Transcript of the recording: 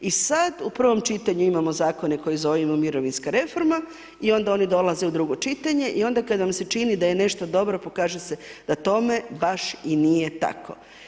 I sad u prvom čitanju imamo zakone koje zovemo mirovinska reforma i onda oni dolaze u drugo čitanje i onda kad vam se čini da je nešto dobro pokaže se da tome baš i nije tako.